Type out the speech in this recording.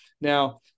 Now